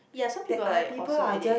ya some people are like awesome at it